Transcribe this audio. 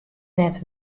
net